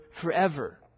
forever